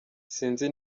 sinzi